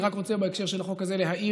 אני רק רוצה בהקשר של החוק הזה להאיר,